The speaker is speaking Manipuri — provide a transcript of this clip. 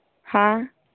ꯍꯥ